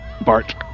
Bart